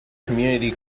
community